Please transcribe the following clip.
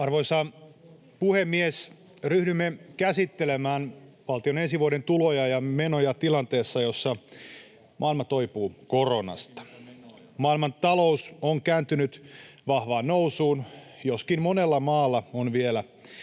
Arvoisa puhemies! Ryhdymme käsittelemään valtion ensi vuoden tuloja ja menoja tilanteessa, jossa maailma toipuu koronasta. Maailmantalous on kääntynyt vahvaan nousuun, joskin monella maalla on vielä